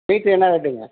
piece என்ன ரேட்டுங்க